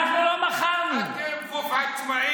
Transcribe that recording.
אנחנו לא מכרנו, אתם גוף עצמאי.